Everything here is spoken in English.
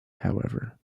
however